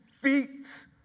feats